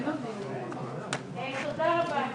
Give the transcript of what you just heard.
כי כל האירוע